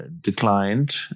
declined